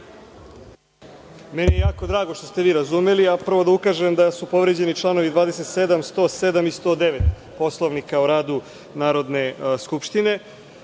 Meni je jako drago što ste vi razumeli. Prvo da ukažem da su povređeni članovi 27, 107. i 109. Poslovnika o radu Narodne skupštine.